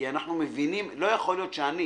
לא יכול להיות שאני,